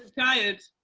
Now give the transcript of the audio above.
tired,